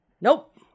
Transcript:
Nope